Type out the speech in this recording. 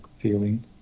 feeling